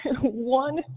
one